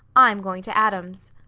i'm going to adam's.